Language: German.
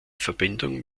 verbindung